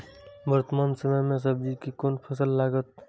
वर्तमान समय में सब्जी के कोन फसल लागत?